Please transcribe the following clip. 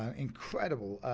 um incredible